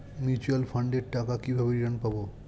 Mutual ফান্ডের টাকা কিভাবে রিটার্ন পাব?